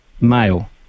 Male